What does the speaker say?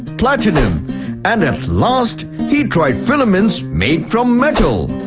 platinum and at last he tried filaments made from metal.